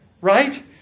right